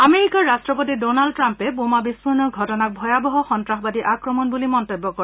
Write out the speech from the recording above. আমেৰিকাৰ ৰাষ্ট্ৰপতি ডোনাল্ড ট্ৰাম্পে বোমা বিস্ফোৰণৰ ঘটনাক ভয়াৱহ সন্ত্ৰাসবাদী আক্ৰমণ বুলি মন্তব্য কৰে